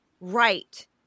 right